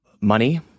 money